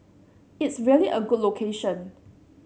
it's really a good location